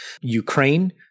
Ukraine